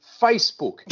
Facebook